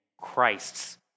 Christ's